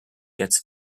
gets